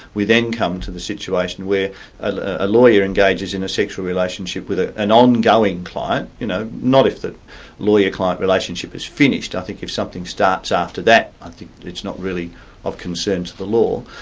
we then come to the situation where a lawyer engages in a sexual relationship with ah an ongoing client, you know, not if the lawyer-client relationship is finished, i think if something starts after that i think it's not really of concern to the law,